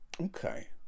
Okay